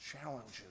challenges